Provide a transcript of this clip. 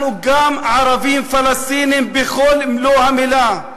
אנחנו גם ערבים פלסטינים במלוא מובן המילה,